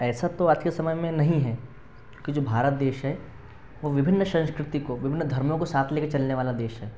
ऐसा तो आज के समय में नहीं है कि जो भारत देश है वो विभिन्न संस्कृति को विभिन्न धर्मों को साथ लेकर चलने वाला देश है